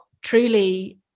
truly